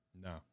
No